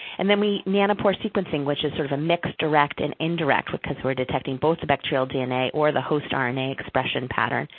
and then nanowire sequencing, which is sort of a mixed direct and indirect, because we're detecting both electrical dna or the host um rna expression pattern.